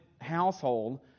household